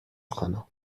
خانم